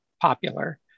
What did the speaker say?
popular